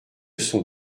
sont